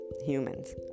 humans